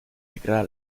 declara